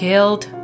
Killed